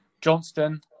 Johnston